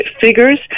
figures